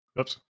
Oops